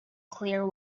clear